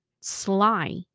sly